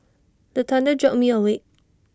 the thunder jolt me awake